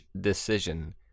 decision